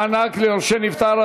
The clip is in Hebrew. מענק ליורשי נפטר),